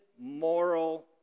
moral